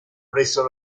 presso